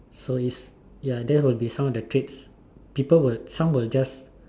so it's ya so that will be some of the traits some will just